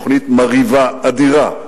תוכנית מרהיבה, אדירה,